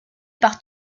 par